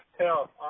tell